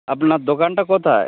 আপনার দোকানটা কোথায়